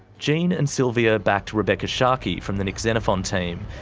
jean and silvia backed rebekha sharkie from the nick xenophon team,